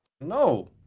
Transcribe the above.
No